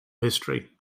history